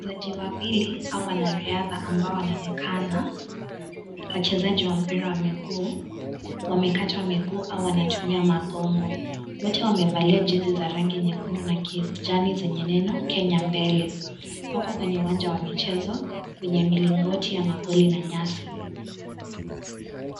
Wachezaji wawili, au wanariadha ambao wanaonekana. Wachezaji wa mpira wa minguu, wamekatwa miguu, auu wanatumia magongo. Wote wamevalia jezi za rangi nyekundu na jani zenye neno Kenya mbele. Huku kwenye uwanja wa michezo, kwenye milingoti ya magoli na nyasi.